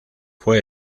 fue